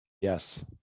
Yes